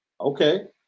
Okay